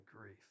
grief